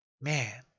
Man